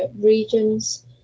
regions